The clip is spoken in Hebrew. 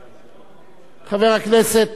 אדוני היושב-ראש, הצבעתי במקומו של דני.